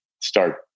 start